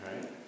right